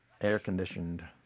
Air-conditioned